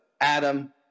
Adam